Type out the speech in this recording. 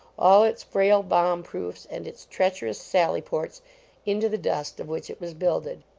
all its frail bomb proofs, and its treacherous sally ports into the dust of which it was builded.